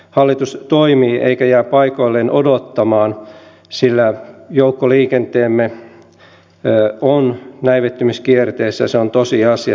hallitus toimii eikä jää paikoilleen odottamaan sillä joukkoliikenteemme on näivettymiskierteessä se on tosiasia